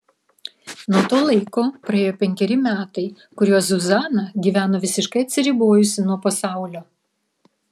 nuo to laiko praėjo penkeri metai kuriuos zuzana gyveno visiškai atsiribojusi nuo pasaulio